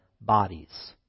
bodies